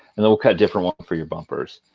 and then we'll cut different ones for your bumpers.